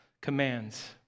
commands